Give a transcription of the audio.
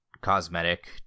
cosmetic